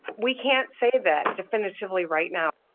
we can't say that definitively right now.